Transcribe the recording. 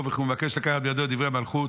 וכי הוא מבקש לקחת בידו את דברי המלכות.